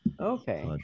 okay